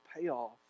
payoff